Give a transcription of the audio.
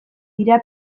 dira